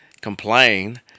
complain